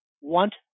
want